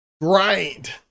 grind